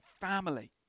family